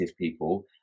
people